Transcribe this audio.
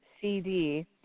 CD